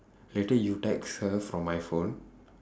later you text her from my phone